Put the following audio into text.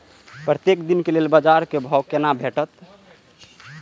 प्रत्येक दिन के लेल बाजार क भाव केना भेटैत?